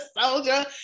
soldier